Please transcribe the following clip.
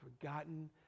forgotten